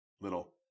little